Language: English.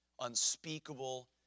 Unspeakable